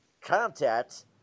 Contact